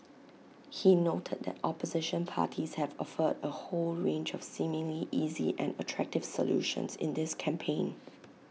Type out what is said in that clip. he noted that opposition parties have offered A whole range of seemingly easy and attractive solutions in this campaign